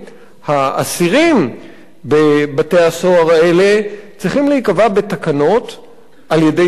האסירים בבתי-הסוהר האלה צריכה להיקבע בתקנות על-ידי שר,